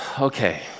Okay